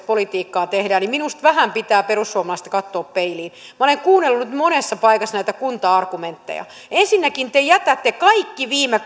politiikkaa tehdään niin minusta vähän pitää perussuomalaisten katsoa peiliin minä olen kuunnellut nyt monessa paikassa näitä kunta argumentteja ensinnäkin te jätätte kaikki viime